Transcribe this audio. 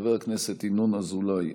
חבר הכנסת ינון אזולאי,